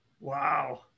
Wow